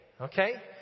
Okay